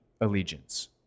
allegiance